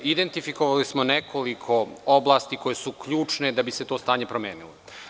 Identifikovali smo nekoliko oblasti koje su ključne da bi se to stanje promenilo.